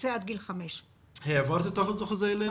לבצע עד גיל 5. האם העברת את הדוח הזה אלינו?